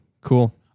Cool